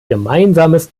gemeinsames